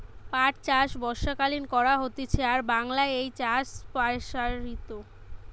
পাট চাষ বর্ষাকালীন করা হতিছে আর বাংলায় এই চাষ প্সারিত